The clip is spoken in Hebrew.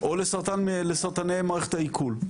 או לסרטני מערכת העיכול,